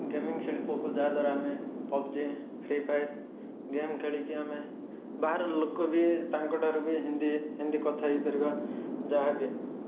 gaming ଶିଳ୍ପକୁ ଯାହାଦ୍ୱାରା ଆମେ ପବଜି ଫ୍ରି ଫାୟାର୍ ଗେମ୍ ଖେଳିକି ଆମେ ବାହାର ଲୋକ ବି ତାଙ୍କଠାରୁ ବି ହିନ୍ଦୀ ହିନ୍ଦୀ କଥା ହେଇପାରିବା ଯାହାବି